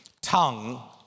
tongue